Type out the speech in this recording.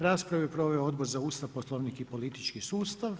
Raspravu je proveo Odbor za Ustav, Poslovnik i politički sustav.